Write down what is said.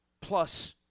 plus